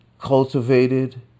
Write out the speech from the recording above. cultivated